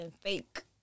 fake